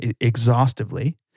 exhaustively